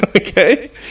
Okay